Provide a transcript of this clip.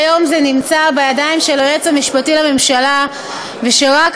שהיום זה נמצא בידיים של היועץ המשפטי לממשלה ושרק